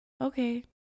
okay